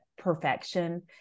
perfection